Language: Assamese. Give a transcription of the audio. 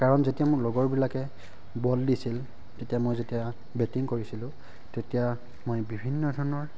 কাৰণ যেতিয়া মোৰ লগৰবিলাকে বল দিছিল তেতিয়া মই যেতিয়া বেটিং কৰিছিলোঁ তেতিয়া মই বিভিন্ন ধৰণৰ